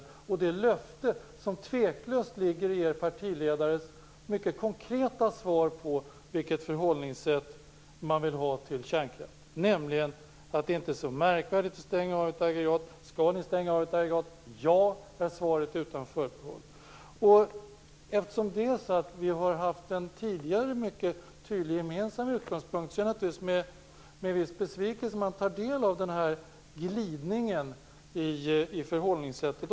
Det står i bjärt kontrast till det löfte som tveklöst ligger i er partiledares konkreta svar på frågan om vilket förhållningssätt man har till kärnkraften, nämligen att det inte är så märkvärdigt att stänga av ett aggregat. På frågan om man skall stänga av ett aggregat blev svaret ett ja utan förbehåll. Eftersom vi tidigare har haft en mycket tydlig gemensam utgångspunkt är det naturligtvis med viss besvikelse jag tar del av den här glidningen i förhållningssätt.